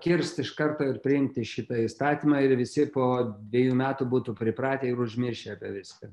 kirst iš karto ir priimti šitą įstatymą ir visi po dviejų metų būtų pripratę ir užmiršę apie viską